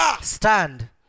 Stand